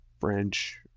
French